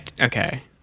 Okay